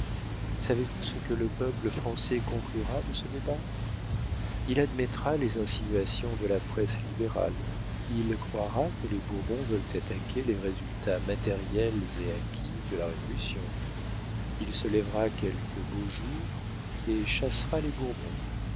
savez-vous ce que le peuple français conclura de ce débat il admettra les insinuations de la presse libérale il croira que les bourbons veulent attaquer les résultats matériels et acquis de la révolution il se lèvera quelque beau jour et chassera les bourbons